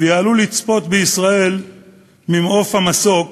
ויעלו לצפות בישראל ממעוף המסוק,